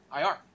IR